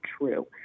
true